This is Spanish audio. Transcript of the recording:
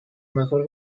mejor